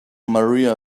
maria